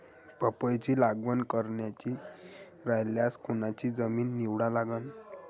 पपईची लागवड करायची रायल्यास कोनची जमीन निवडा लागन?